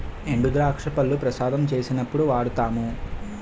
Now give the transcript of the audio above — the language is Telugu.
ఎండుద్రాక్ష పళ్లు ప్రసాదం చేసినప్పుడు వాడుతాము